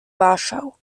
warschau